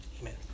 amen